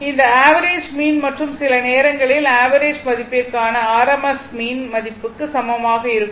இது average mean மற்றும் சில நேரங்களில் ஆவரேஜ் மதிப்பிற்கான ஆர்எம்எஸ் மீன் மதிப்புக்கு சமமாக இருக்கும்